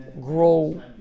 grow